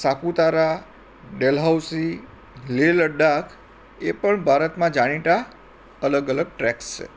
સાપુતારા ડેલહાઉસી લેહ લદ્દાખ એ પણ ભારતમાં જાણીતા અલગ અલગ ટ્રેકસ છે